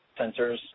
sensors